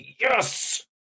Yes